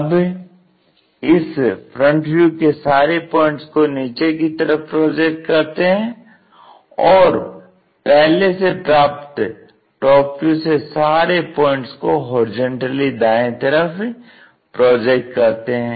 अब इस FV के सारे पॉइंट्स को नीचे की तरफ प्रोजेक्ट करते हैं और पहले से प्राप्त TV से सारे पॉइंट्स को होरिजेंटली दाएं तरफ प्रोजेक्ट करते हैं